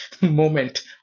moment